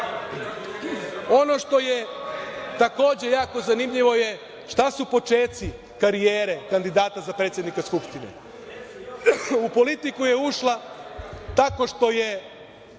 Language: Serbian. što je takođe jako zanimljivo je šta su počeci karijere kandidata za predsednika Skupštine. U politiku je ušla tako što je